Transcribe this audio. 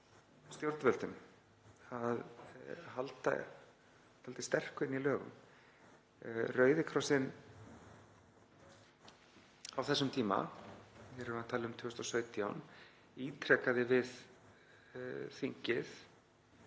stjórnvöldum að halda dálítið sterku inni í lögum. Rauði krossinn á þessum tíma, við erum að tala um 2017, ítrekaði við þingið,